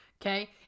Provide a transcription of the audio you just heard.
okay